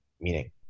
meaning